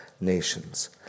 nations